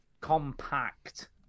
compact